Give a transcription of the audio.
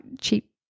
cheap